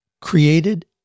created